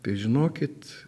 tai žinokit